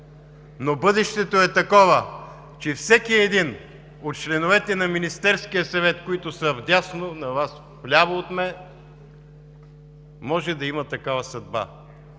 но бъдещето е такова, че всеки един от членовете на Министерския съвет, които са вдясно на Вас, вляво от мен, може да има такава съдба.